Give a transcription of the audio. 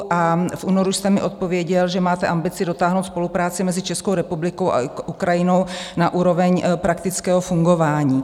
V únoru jste mi odpověděl, že máte ambici dotáhnout spolupráci mezi Českou republikou a Ukrajinou na úroveň praktického fungování.